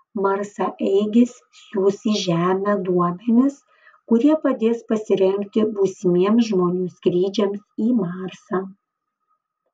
marsaeigis siųs į žemę duomenis kurie padės pasirengti būsimiems žmonių skrydžiams į marsą